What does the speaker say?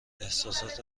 احسسات